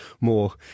more